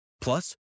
Plus